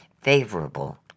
favorable